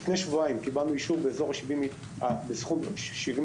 לפני שבועיים קיבלנו אישור על סכום של 70